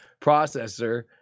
processor